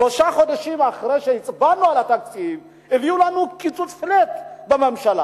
שלושה חודשים אחרי שהצבענו עליו הביאו לנו קיצוץ flat בממשלה.